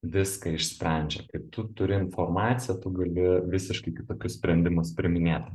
viską išsprendžia kai tu turi informaciją tu gali visiškai kitokius sprendimus priiminėt